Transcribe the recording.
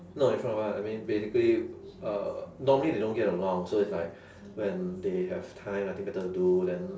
not in front of us I mean basically uh normally they don't get along so it's like when they have time nothing better to do then